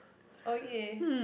oh yay